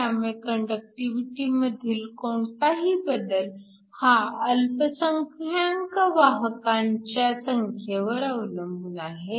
त्यामुळे कंडक्टिव्हिटी मधील कोणताही बदल हा अल्पसंख्यांक वाहकांच्या संख्येवर अवलंबून आहे